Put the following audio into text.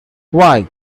why